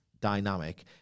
dynamic